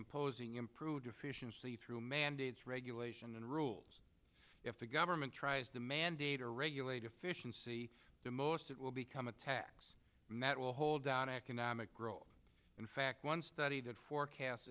imposing improved efficiency through mandates regulation and rules if the government tries to mandate or regulate efficiency the most it will become a tax that will hold down economic growth in fact one study that forecasts